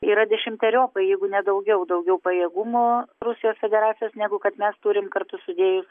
yra dešimteriopai jeigu ne daugiau daugiau pajėgumų rusijos federacijos negu kad mes turim kartu sudėjus